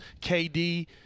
KD